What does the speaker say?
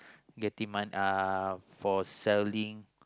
getting many uh for selling